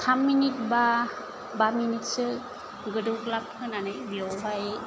थाम मिनिट बा बा मिनिटसो गोदौग्लाब होनानै बेवहाय